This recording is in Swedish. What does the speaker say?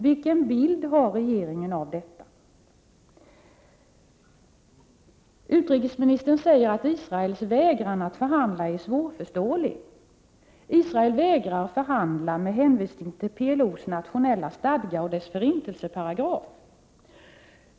Vilken bild har regeringen av detta? Utrikesministern säger att Israels vägran att förhandla är svårförståelig. Israel vägrar att förhandla med hänvisning till PLO:s nationella stadga och dess förintelseparagraf.